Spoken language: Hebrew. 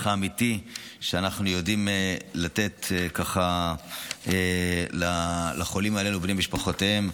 האמיתי שאנחנו יודעים לתת לחולים האלה ולבני משפחותיהם.